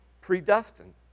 Predestined